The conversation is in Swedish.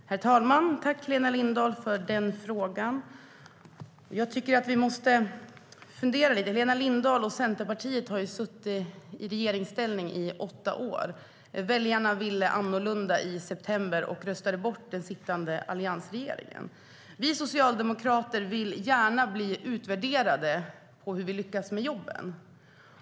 Herr talman! Tack, Helena Lindahl, för frågan! Vi socialdemokrater vill gärna bli utvärderade på hur vi lyckas med jobben.